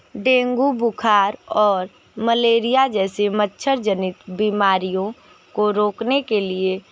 dengue बुखार और malaria जैसे मच्छर जनित बीमारियों को रोकने के लिए